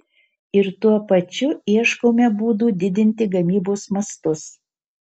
ir tuo pačiu ieškome būdų didinti gamybos mastus